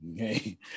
okay